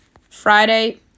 Friday